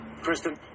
Kristen